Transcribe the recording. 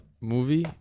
movie